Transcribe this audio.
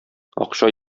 акча